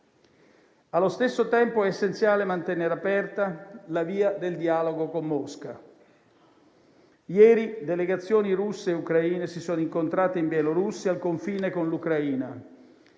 Allo stesso tempo è essenziale mantenere aperta la via del dialogo con Mosca. Ieri, delegazioni russe e ucraine si sono incontrate in Bielorussia, al confine con l'Ucraina;